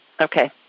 Okay